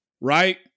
right